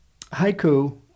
haiku